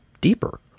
deeper